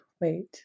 Wait